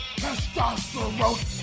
testosterone